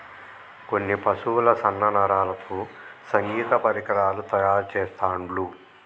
కొన్ని పశువుల సన్న నరాలతో సంగీత పరికరాలు తయారు చెస్తాండ్లు